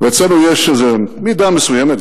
אצלנו יש איזו מידה מסוימת,